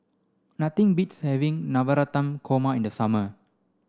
nothing beats having Navratan Korma in the summer